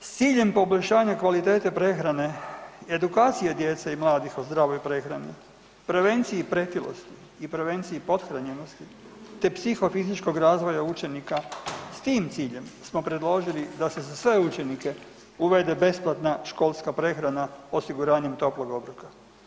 Naime, s ciljem poboljšanja kvalitete prehrane i edukacije djece i mladih o zdravoj prehrani, prevenciji pretilosti i prevenciji pothranjenosti te psihofizičkog razvoja učenika s tim ciljem smo predložili da se za sve učenike uvede besplatna školska prehrana osiguranjem toplog obroka.